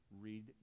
read